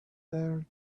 their